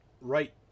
Right